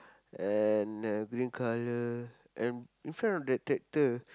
and a green color and in front of that tractor